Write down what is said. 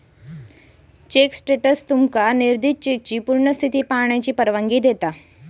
check status तुम्हाला निर्दिष्ट चेकची पूर्ण स्थिती पाहण्याची परवानगी देते